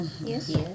Yes